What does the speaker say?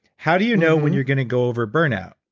how do you know when you're going to go over burnout?